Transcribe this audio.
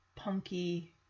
Punky